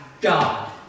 God